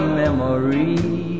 memory